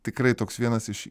tikrai toks vienas iš